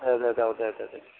दे दे औ दे दे